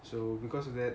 so because of that